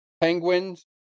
Penguins